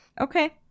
Okay